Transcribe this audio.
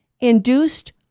induced